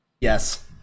Yes